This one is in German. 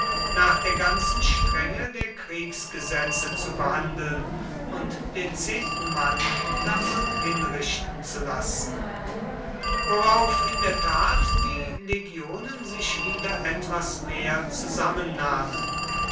nach der ganzen strenge der kriegsgesetze zu behandeln und den zehnten mann davon hinrichten zu lassen worauf in der tat die legionen sich wieder etwas mehr